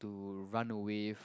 to run away